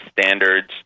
standards